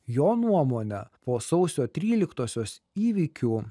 jo nuomone po sausio tryliktosios įvykių